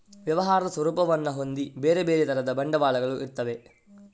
ವ್ಯವಹಾರದ ಸ್ವರೂಪವನ್ನ ಹೊಂದಿ ಬೇರೆ ಬೇರೆ ತರದ ಬಂಡವಾಳಗಳು ಇರ್ತವೆ